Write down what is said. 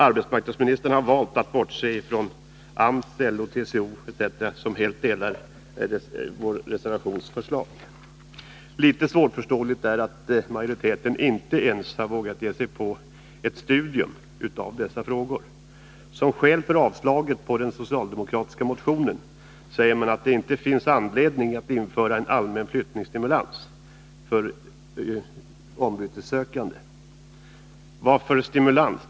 Arbetsmarknadsministern har valt att bortse från AMS, LO och TCO etc., som helt delar s-reservanternas förslag. Litet svårförståeligt är att majoriteten inte ens har vågat sig på ett studium av dessa frågor. Som skäl för att den socialdemokratiska motionen skall avslås säger man att det inte finns anledning att införa en allmän flyttningsstimulans för ombytessökande. Varför stimulans?